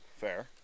Fair